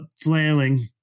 flailing